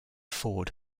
forward